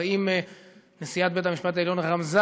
אז האם נשיאת בית-המשפט העליון רמזה